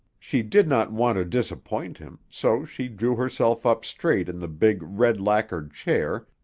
she did not want to disappoint him, so she drew herself up straight in the big red-lacquered chair,